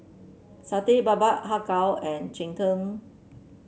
Satay Babat Har Kow and Cheng Tng